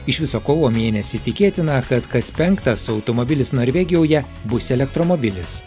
iš viso kovo mėnesį tikėtina kad kas penktas automobilis norvegijoje bus elektromobilis